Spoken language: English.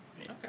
Okay